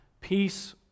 peace